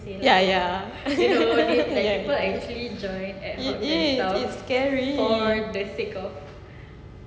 ya ya that is scary